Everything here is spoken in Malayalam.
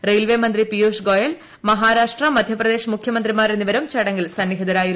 റെയിവേ മന്ത്രി പിയൂഷ് ഗോയൽ ് മപ്പാരാഷ്ട്ര മധ്യപ്രദേശ് മുഖ്യമന്ത്രിമാർ എന്നിവരും ച്ടട്ങ്ങിൽ സന്നിഹിതരായിരുന്നു